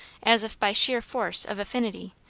as if by sheer force of affinity,